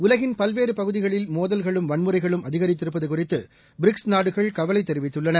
உலகின் பல்வேறு பகுதிகளில் மோதல்களும் வன்முறைகளும் அதிரித்திருப்பது குறித்து பிரிக்ஸ் நாடுகள் கவலை தெரிவித்துள்ளன